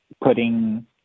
putting